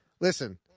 Listen